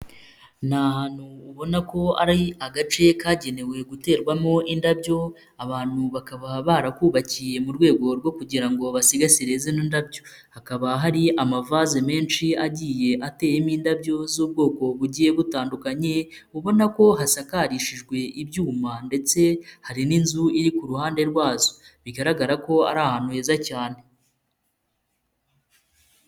Ni ahantu ubona ko ari agace kagenewe guterwamo indabyo abantu bakaba barakubakiye mu rwego rwo kugira ngo basigasire zino ndabyo, hakaba hari amavase menshi agiye ateyemo indabyo z'ubwoko bugiye butandukanye, ubona ko hasakarishijwe ibyuma ndetse hari n'inzu iri ku ruhande rwazo, bigaragara ko ari ahantu heza cyane.